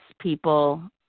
people